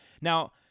Now